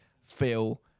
Phil